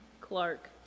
Clark